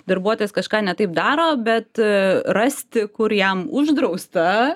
darbuotojas kažką ne taip daro bet rasti kur jam uždrausta